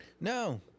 no